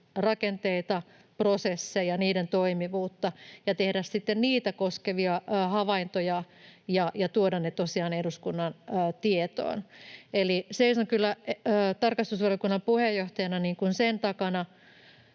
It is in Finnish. rakenteita, prosesseja, niiden toimivuutta ja tehdä sitten niitä koskevia havaintoja ja tuoda ne tosiaan eduskunnan tietoon. Eli seison kyllä tarkastusvaliokunnan puheenjohtajana sen takana,